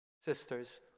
sisters